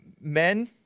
men